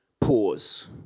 pause